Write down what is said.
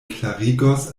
klarigos